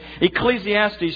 Ecclesiastes